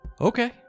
Okay